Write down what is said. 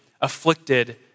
afflicted